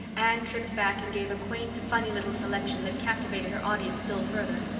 anne tripped back and gave a quaint, funny little selection that captivated her audience still further.